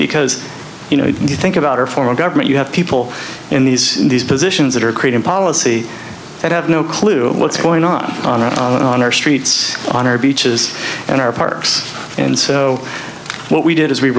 because you know if you think about our form of government you have people in these in these positions that are creating policy that have no clue what's going on on on our streets on our beaches and our parks and so what we did is we